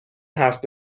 حرف